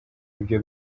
ibyo